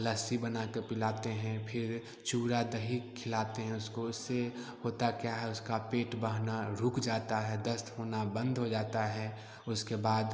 लस्सी बना के पिलाते हैं फिर चूड़ा दही खिलाते हैं उसको इससे होता क्या है उसका पेट बहना रुक जाता है दस्त होना बंद हो जाता है उसके बाद